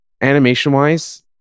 animation-wise